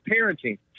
parenting